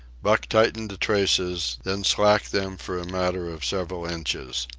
buck tightened the traces, then slacked them for a matter of several inches.